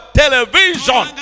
television